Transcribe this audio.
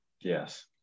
Yes